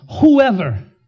Whoever